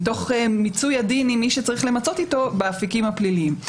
מתוך מיצוי הדין עם מי שצריך למצות איתו באפיקים הפליליים.